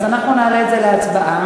אז אנחנו נעלה את זה להצבעה.